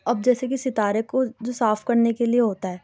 اب جیسے کہ ستارے کو جو صاف کرنے کے لیے ہوتا ہے